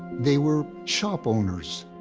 they were shop owners,